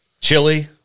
Chili